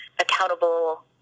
accountable